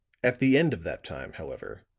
at the end of that time, however,